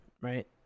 right